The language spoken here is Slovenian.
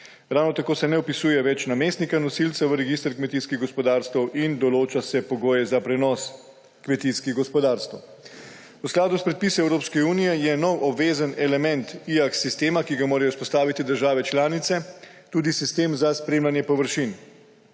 Ravno tako se ne vpisuje več namestnika nosilca v register kmetijskih gospodarstev in določa se pogoje za prenos kmetijskih gospodarstev. V skladu s predpisi Evropske unije je nov obvezen element IAC sistema, ki ga morajo vzpostaviti države članice, tudi sistem za spremljanje površin,